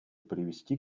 привести